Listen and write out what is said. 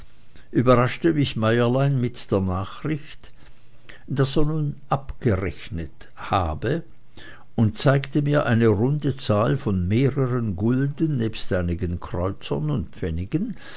überraschte mich meierlein mit der nachricht daß er nun abgerechnet habe und zeigte mir eine runde zahl von mehreren gulden nebst einigen kreuzern und pfennigen